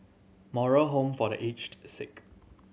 Moral Home for The Aged Sick